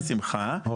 בשמחה,